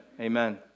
amen